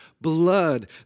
blood